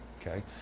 Okay